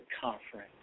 conference